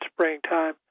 Springtime